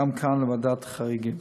גם כאן לוועדת חריגים.